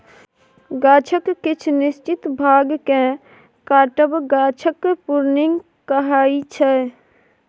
गाछक किछ निश्चित भाग केँ काटब गाछक प्रुनिंग कहाइ छै